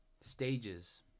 stages